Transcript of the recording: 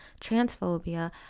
transphobia